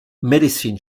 medicine